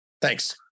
Thanks